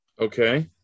Okay